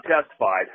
testified